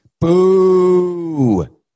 Boo